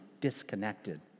disconnected